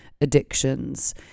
addictions